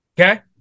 Okay